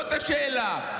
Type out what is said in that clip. זאת השאלה.